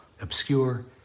obscure